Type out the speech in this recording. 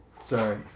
Sorry